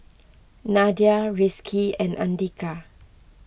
Nadia Rizqi and andika